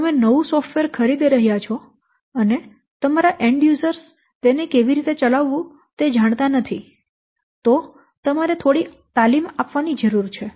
તમે નવું સોફ્ટવેર ખરીદી રહ્યાં છો અને તમારા અંતિમ વપરાશકર્તાઓ તેને કેવી રીતે ચલાવવું તે જાણતા નથી તો તમારે થોડી તાલીમ આપવાની જરૂર છે